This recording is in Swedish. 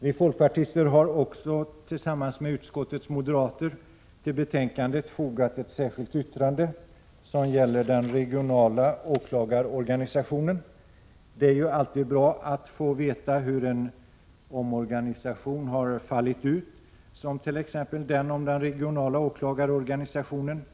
Vi folkpartister har också tillsammans med utskottets moderater till betänkandet fogat ett särskilt yttrande som gäller den regionala åklagarorganisationen. Det är ju alltid bra att få veta hur en omorganisation har fallit ut, t.ex. den om den regionala åklagarorganisationen.